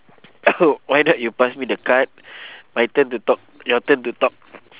why not you pass me the card my turn to talk your turn to talk